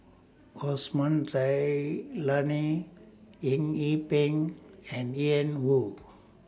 Osman Zailani Eng Yee Peng and Ian Woo